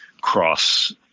cross